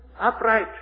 upright